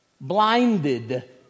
blinded